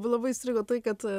labai įstrigo tai kad